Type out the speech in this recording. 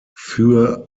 für